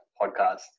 podcast